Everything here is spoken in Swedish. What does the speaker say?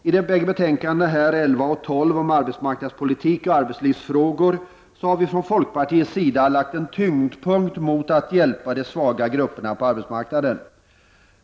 I de bägge betänkandena 11 och 12 om arbetsmarknadspolitik och arbetslivsfrågor har vi från folkpartiets sida inriktat oss på att hjälpa de svaga grupperna på arbetsmarknaden.